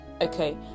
okay